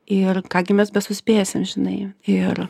ir ką gi mes nesuspėsim žinai ir